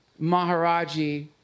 Maharaji